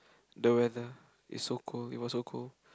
the weather is so cold it was so cold